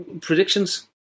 predictions